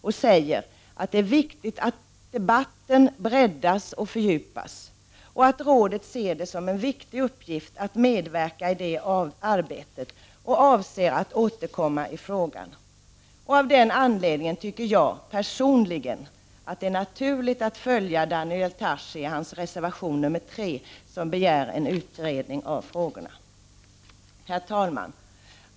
Rådet sade också att det är viktigt att debatten breddas och fördjupas och att rådet ser det som en viktig uppgift att medverka i det arbetet och avser att återkomma i frågan. Av den aniedningen tycker jag personligen att det är naturligt att följa Daniel Tarschys i hans reservation 3, i vilken han begär en utredning av frågorna. Herr talman!